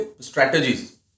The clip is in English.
strategies